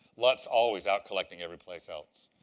lutz always out collecting every place else.